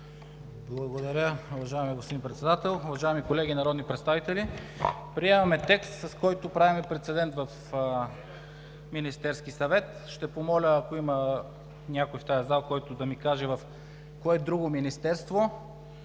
Благодаря, уважаеми господин Председател. Уважаеми колеги народни представители! Приемаме текст, с който правим прецедент в Министерския съвет. Ще помоля, ако има някой в тази зала, който да ми каже в кое друго министерство